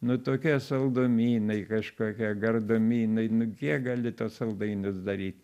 nu tokie saldumynai kažkokie gardumynai nu kiek gali tuos saldainius daryt